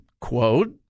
quote